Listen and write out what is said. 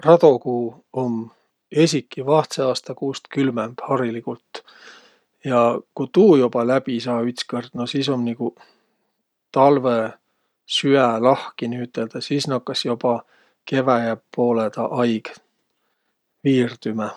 Radokuu um esiki vahtsõaastakuust külmemb hariligult ja ku tuu joba läbi saa ütskõrd, no sis um joba niguq talvõsüä lahki niiüteldäq. Sis nakkas joba keväjä poolõ taa aig viirdümä.